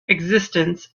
existence